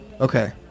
Okay